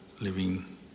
living